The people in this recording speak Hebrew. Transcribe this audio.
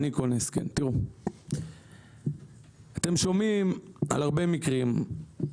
אתם שומעים על הרבה מקרים,